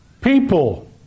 people